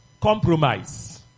Compromise